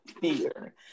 fear